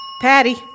Patty